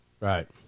Right